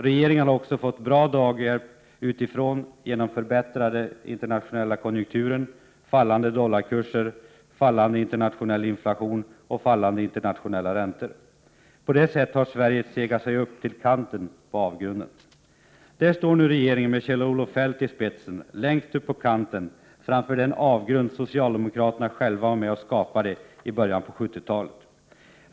Regeringen har också fått bra draghjälp utifrån genom den förbättrade internationella konjunkturen, fallande dollarkurser, fallande internationell inflation och fallande internationella räntor. På detta sätt har Sverige segat sig upp till kanten på avgrunden. Där står nu regeringen med Kjell-Olof Feldt i spetsen längst uppe på kanten framför den avgrund socialdemokraterna själva var med och skapade i början på 70-talet.